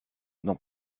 n’en